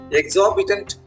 exorbitant